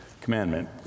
commandment